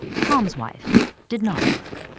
tom's wife did not work.